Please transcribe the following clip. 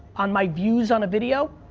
on my views on a video,